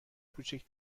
کوچک